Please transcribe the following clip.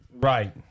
right